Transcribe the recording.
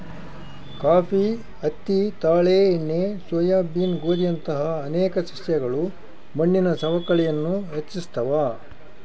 coffee ಹತ್ತಿ ತಾಳೆ ಎಣ್ಣೆ ಸೋಯಾಬೀನ್ ಗೋಧಿಯಂತಹ ಅನೇಕ ಸಸ್ಯಗಳು ಮಣ್ಣಿನ ಸವಕಳಿಯನ್ನು ಹೆಚ್ಚಿಸ್ತವ